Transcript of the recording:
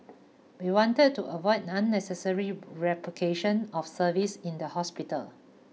we wanted to avoid unnecessary replication of services in the hospital